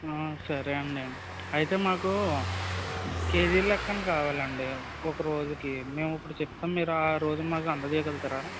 సరే అండి అయితే మాకు కేజీ లెక్కన కావాలండి ఒకరోజుకి మేము ఇప్పుడు చెప్తం మీరు ఆ రోజున మాకు అందచేయగలుగుతారా